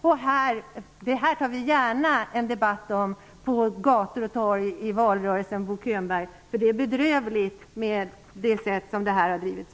Om detta tar vi gärna en debatt ute på gator och torg under valrörelsen, Bo Könberg! Det är bedrövligt hur det här har bedrivits.